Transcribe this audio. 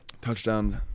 touchdown